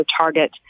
target